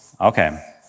Okay